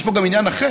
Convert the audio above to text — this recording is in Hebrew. יש פה גם עניין אחר,